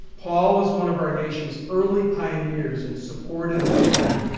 paul is one of our nation's early pioneers in supported employment.